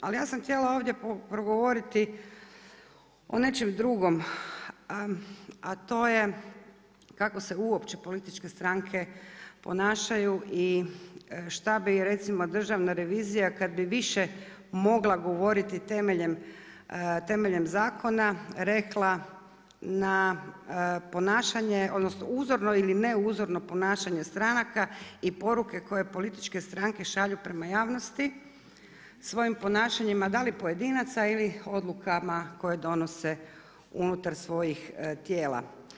Ali ja sam htjela ovdje progovoriti o nečem drugom, a to je kako se uopće političke stranke ponašaju i šta bi recimo državna revizije kad bi više mogla govoriti temeljem zakona rekla na ponašanje, odnosno, uzorno ili ne uzorno ponašanje stranka i poruke koje političke stranke šalje prema javnosti svojim ponašanjem, da li pojedinaca ili odlukama koje donose unutar svojih tijela.